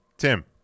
Tim